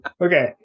okay